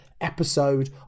episode